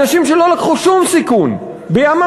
אנשים שלא לקחו שום סיכון בים-המלח.